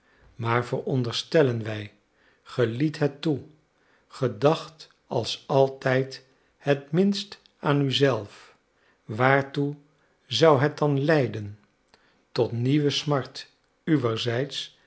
maar veronderstellen wij ge liet het toe ge dacht als altijd het minst aan u zelf waartoe zou het dan leiden tot nieuwe smart